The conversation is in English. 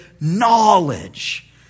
knowledge